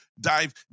dive